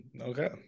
Okay